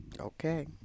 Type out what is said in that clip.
okay